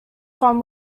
from